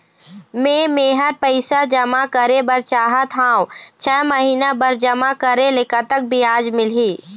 मे मेहर पैसा जमा करें बर चाहत हाव, छह महिना बर जमा करे ले कतक ब्याज मिलही?